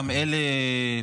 גם אלה,